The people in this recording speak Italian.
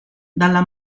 dalla